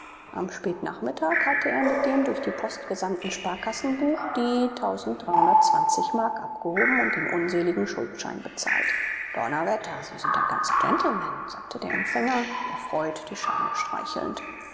am spätnachmittag hatte er mit dem durch die post gesandten sparkassenbuch die mark abgehoben und den unglückseligen schuldschein bezahlt donnerwetter sie sind ein ganzer gentleman sagte der empfänger erfreut die scheine streichelnd